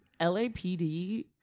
LAPD